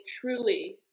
truly